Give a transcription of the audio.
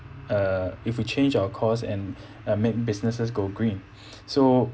uh if we change our cause and uh make businesses go green so